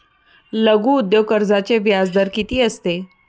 लघु उद्योग कर्जाचे व्याजदर किती असते?